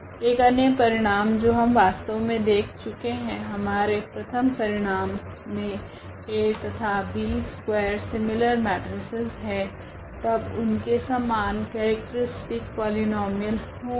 एक अन्य परिणाम जो हम वास्तव मे देख चुके है हमारे प्रथम परिणाम मे A तथा B स्कवेर सीमिलर मेट्रिसेस है तब उनके समान केरेक्ट्रीस्टिक पोलीनोमीयल होगे